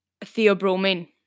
theobromine